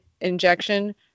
injection